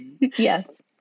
Yes